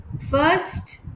first